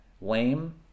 lame